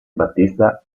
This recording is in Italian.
battista